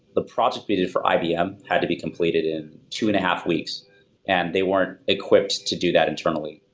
the project needed for ibm had to be completed in two and a half weeks and they weren't equipped to do that internally.